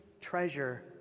treasure